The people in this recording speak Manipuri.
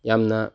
ꯌꯥꯝꯅ